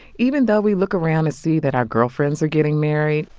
even though we look around and see that our girlfriends are getting married,